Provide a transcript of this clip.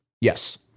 Yes